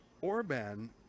Orban